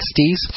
60s